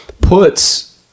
puts